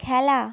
খেলা